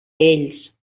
ells